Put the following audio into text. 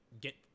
get